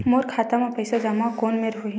मोर खाता मा पईसा जमा कोन मेर होही?